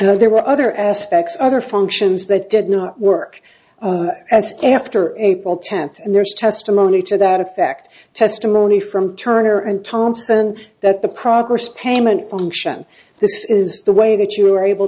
and there were other aspects other functions that did not work as after april tenth and there is testimony to that effect testimony from turner and thompson that the progress payment function this is the way that you were able